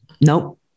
Nope